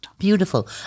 Beautiful